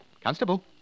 constable